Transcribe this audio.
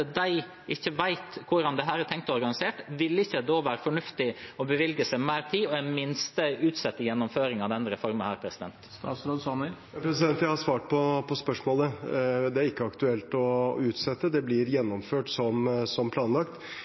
de ikke vet hvordan dette er tenkt organisert. Vil det ikke da være fornuftig å bevilge seg mer tid og i det minste utsette gjennomføringen av denne reformen? Jeg har svart på spørsmålet. Det er ikke aktuelt å utsette det. Det blir gjennomført som planlagt.